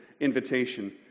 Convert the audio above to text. invitation